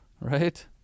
Right